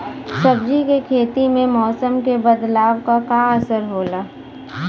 सब्जी के खेती में मौसम के बदलाव क का असर होला?